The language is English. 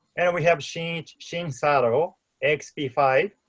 and we have shinichi shinichi sato axp five,